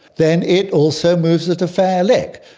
then it also moves at a fair lick.